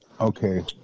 Okay